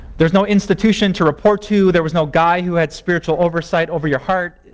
there's no institution to report to. there was no guy who had spiritual oversight over your heart.